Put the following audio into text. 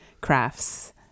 crafts